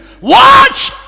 Watch